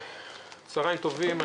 צוהריים טובים,